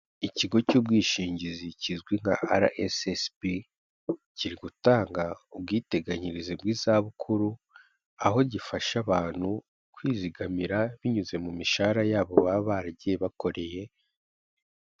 Ikigo cy'ubwishingizi kizwi nka Ara esesibi kiri gutanga ubwiteganyirize bw'izabukuru aho gifasha abantu kwizigamira binyuze mu mishahara yabo baba baragiye bakoreye.